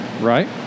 Right